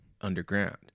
underground